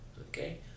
Okay